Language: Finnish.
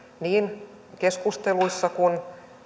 niin keskusteluissa kuin